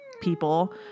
people